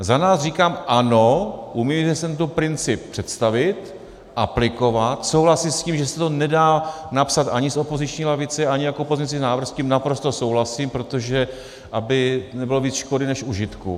Za nás říkám ano, umíme si tento princip představit, aplikovat, souhlasit s tím, že se to nedá napsat ani z opozičních lavic, ani jako pozměňovací návrh, s tím naprosto souhlasím, protože aby nebylo víc škody než užitku.